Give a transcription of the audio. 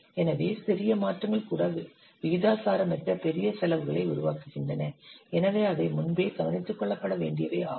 எனவே சிறிய மாற்றங்கள் கூட விகிதாசாரமற்ற பெரிய செலவுகளை உருவாக்குகின்றன எனவே அவை முன்பே கவனித்துக்கொள்ளப்பட வேண்டியவை ஆகும்